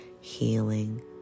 healing